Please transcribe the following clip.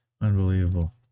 unbelievable